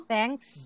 Thanks